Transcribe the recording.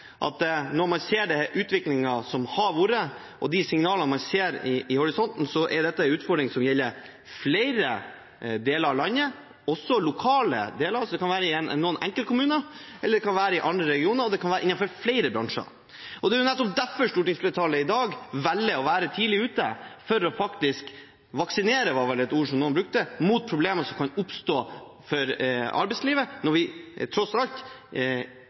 det. Når man ser utviklingen som har vært, og de signalene man ser i horisonten, er dette en utfordring som gjelder flere deler av landet. Det kan være i noen enkeltkommuner, det kan være i enkelte regioner, og det kan være innenfor flere bransjer. Det er nettopp derfor stortingsflertallet i dag velger å være tidlig ute for å vaksinere – som var et ord noen brukte – mot problemene som kan oppstå for arbeidslivet når vi tross alt